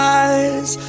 eyes